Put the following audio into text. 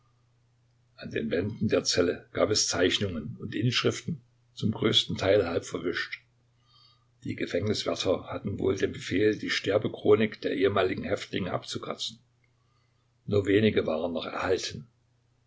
an den wänden der zelle gab es zeichnungen und inschriften zum größten teil halb verwischt die gefängniswärter hatten wohl den befehl die sterbechronik der ehemaligen häftlinge abzukratzen nur wenige waren noch erhalten